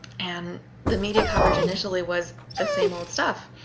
and the media coverage initially was the same old stuff.